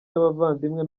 n’abavandimwe